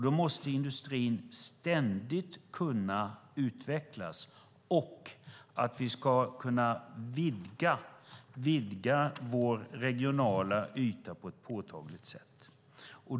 Då måste industrin ständigt kunna utvecklas, och vi måste också kunna vidga vår regionala yta på ett påtagligt sätt.